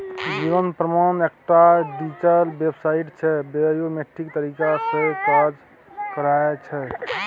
जीबन प्रमाण एकटा digital website छै बायोमेट्रिक तरीका सँ काज करय छै